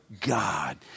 God